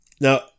Now